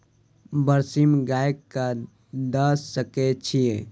बरसीम गाय कऽ दऽ सकय छीयै?